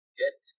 get